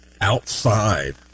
Outside